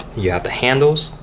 you have the handles.